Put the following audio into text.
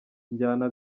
njyana